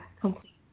complete